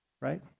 right